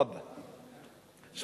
חאבּה, חאבּה.